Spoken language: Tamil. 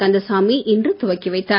கந்தசாமி இன்று துவக்கி வைத்தார்